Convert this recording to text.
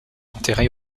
enterré